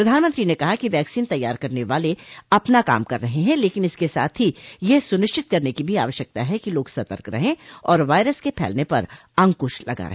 प्रधानमंत्री ने कहा कि वैक्सीन तैयार करने वाले अपना काम कर रहे हैं लेकिन इसके साथ ही यह सुनिश्चित करने की भी आवश्यकता है कि लोग सतर्क रहें और वायरस के फैलने पर अंकुश लगा रहे